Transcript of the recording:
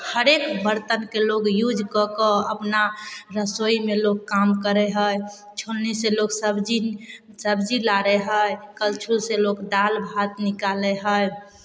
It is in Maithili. हरेक बरतनके लोक यूज कऽ कऽ अपना रसोइमे लोक काम करै हइ छोलनीसँ लोक सबजी सबजी लारै हइ करछुलसँ लोक दालि भात निकालै हइ